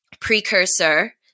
precursor